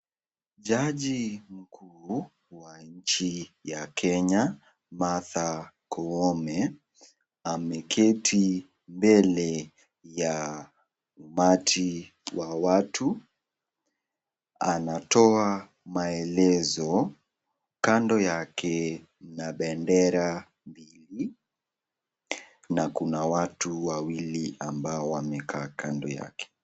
Jaji mkuu wa Nchi ya Kenya Martha Koome ameketi mbele ya umati wa watu anatoa maelezo kando yake, ina bendera mbili na kuna watu wawili ambao wamekaa kando yake.